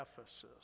Ephesus